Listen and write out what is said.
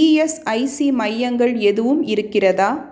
ESIC மையங்கள் எதுவும் இருக்கிறதா